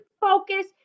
focus